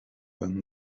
van